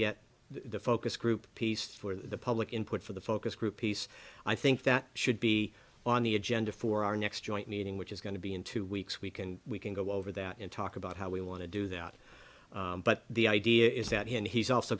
get the focus group piece for the public input for the focus group piece i think that should be on the agenda for our next joint meeting which is going to be in two weeks we can we can go over that and talk about how we want to do that but the idea is that he and he's also